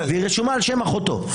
ורשומה על שם אחותו,